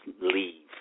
leave